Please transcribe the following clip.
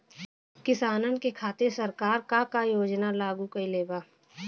किसानन के खातिर सरकार का का योजना लागू कईले बा?